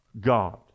God